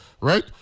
right